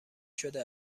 شده